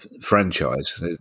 franchise